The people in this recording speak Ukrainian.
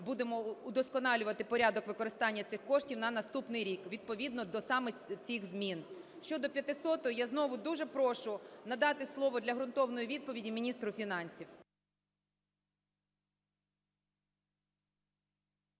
будемо удосконалювати порядок використання цих коштів на наступний рік відповідно до саме цих змін. Щодо 500-ї, я знову дуже прошу надати слово для ґрунтовної відповіді міністру фінансів.